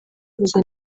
yavuze